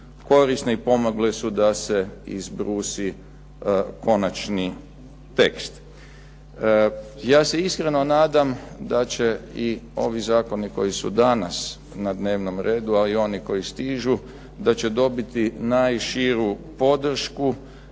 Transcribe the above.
i pomogle su da se izbrusi konačni tekst. Ja se iskreno nadam da će i ovi zakoni koji su danas na dnevnom redu, a i oni koji stižu da će dobiti najširu podršku